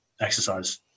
exercise